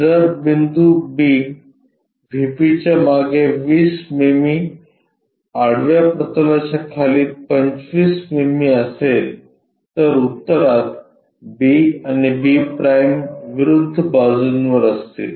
जर बिंदू B VP च्या मागे 20 मिमी आडव्या प्रतलाच्या खाली 25 मिमी असेल तर उत्तरात b आणि b' विरुद्ध बाजूंवर असतील